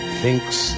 thinks